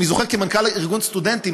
אני זוכר כמנכ"ל ארגון סטודנטים,